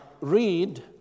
read